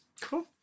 Cool